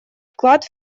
вклад